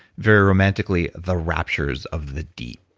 very romantically, the raptures of the deep.